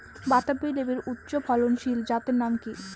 বাতাবি লেবুর উচ্চ ফলনশীল জাতের নাম কি?